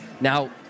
Now